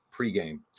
pregame